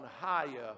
higher